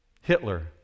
Hitler